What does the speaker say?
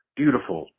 beautiful